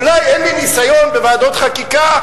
אולי אין לי ניסיון בוועדות חקיקה,